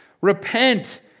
repent